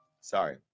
Sorry